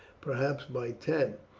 perhaps by ten.